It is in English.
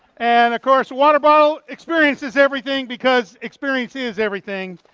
and of course, a water bottle, experience is everything, because experience is everything.